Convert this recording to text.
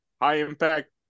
high-impact